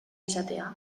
izatea